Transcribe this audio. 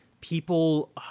people